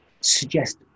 suggest